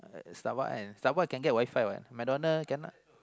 Starbucks Starbucks can get WiFi what McDonald's cannot